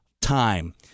time